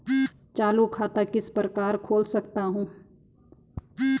चालू खाता किस प्रकार से खोल सकता हूँ?